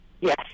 Yes